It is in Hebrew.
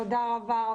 תודה רבה,